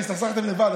הסתכסכתם לבד.